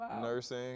nursing